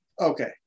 Okay